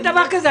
אין דבר כזה.